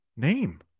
name